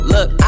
Look